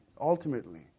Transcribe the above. ultimately